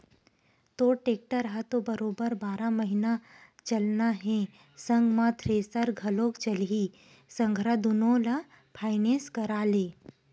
तोर टेक्टर ह तो बरोबर बारह महिना चलना हे संग म थेरेसर घलोक चलही संघरा दुनो ल फायनेंस करा ले